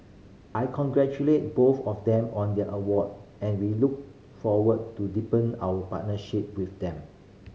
I congratulate both of them on their award and we look forward to deepen our partnership with them